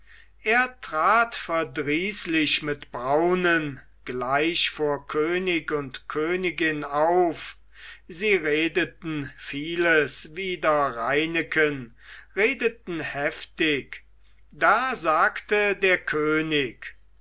er trat verdrießlich mit braunen gleich vor könig und königin auf sie redeten vieles wider reineken redeten heftig da sagte der könig